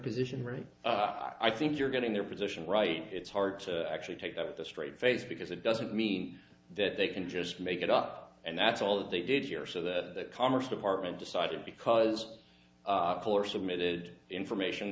position right i think you're getting their position right it's hard to actually take up the straight face because it doesn't mean that they can just make it up and that's all they did here so that the commerce department decided because of course submitted information